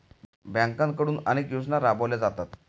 बँकांकडून अनेक योजना राबवल्या जातात